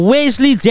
Wesley